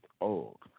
old